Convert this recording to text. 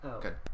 good